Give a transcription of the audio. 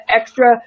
extra